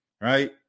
right